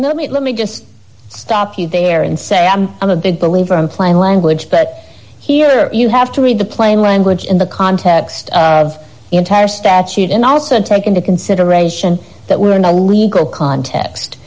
not me let me just stop you there and say i'm a big believer in plain language but here you have to read the plain language in the context of the entire statute and also take into consideration that we're in a legal context